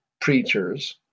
preachers